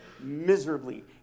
miserably